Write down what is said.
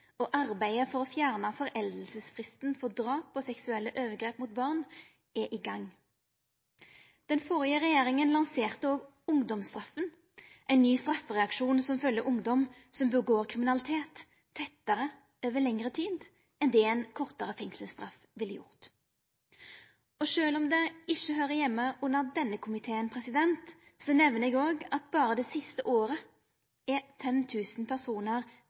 og arbeidet for å fjerna foreldingsfristen for drap og seksuelle overgrep mot barn er i gang. Den førre regjeringa lanserte òg ungdomsstraffa, ein ny straffereaksjon som følgjer ungdom som gjer kriminalitet, tettare over lengre tid enn det ein kortare fengselsstraff ville gjort. Sjølv om det ikkje høyrer heime under denne komiteen, nemner eg òg at berre det siste året er 5 000 personar